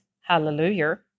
Hallelujah